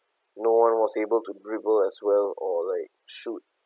no one was able to dribble as well or like shoot